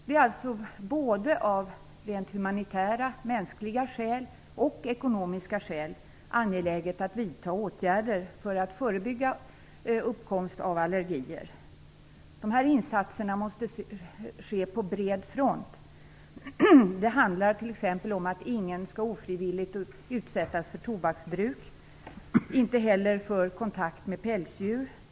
Det är alltså både av rent humanitära mänskliga skäl och ekonomiska skäl angeläget att vidta åtgärder för att förebygga uppkomst av allergier. Dessa insatser måste ske på bred front. Det handlar t.ex. om att ingen ofrivilligt skall utsättas för tobaksbruk, och inte heller för kontakt med pälsdjur.